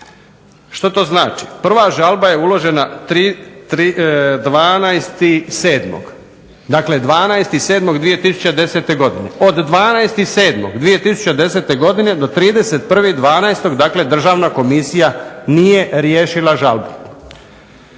Što to znači? Prva žalba je uložena 12.7., dakle 12.7.2010. godine. Od 12.7.2010. godine do 31.12. dakle državna komisija nije riješila žalbu.